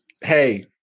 hey